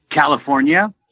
California